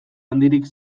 handirik